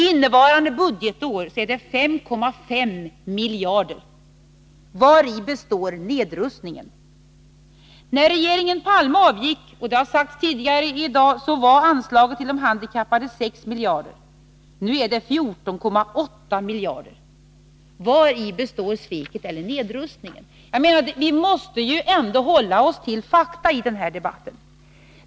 Innevarande budgetåret är det 5,5 miljarder. Vari består nedrustningen? När regeringen Palme avgick — det har sagts här tidigare i dag — var anslaget till de handikappade 6 miljarder. Nu är det 14,8 miljarder. Vari består sveket eller nedrustningen? Vi måste ju ändå hålla oss till fakta i den här debatten.